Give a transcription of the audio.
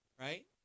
right